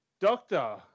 Doctor